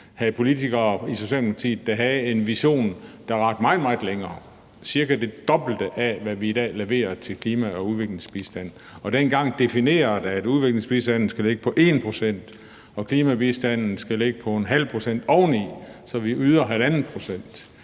havde politikere i Socialdemokratiet, der havde en vision, som rakte meget, meget længere – altså cirka det dobbelte af, hvad vi i dag leverer til klima- og udviklingsbistand. Dengang blev det defineret, at udviklingsbistanden skulle ligge på 1 pct., og at klimabistanden skulle ligge på 0,5 procent oveni, så vi yder 1,5 procent.